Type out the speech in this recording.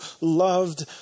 loved